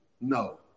no